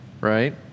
right